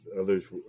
others